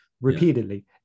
repeatedly